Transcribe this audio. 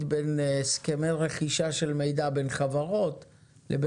עם כל הכבוד, זה לא